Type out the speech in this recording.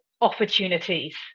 opportunities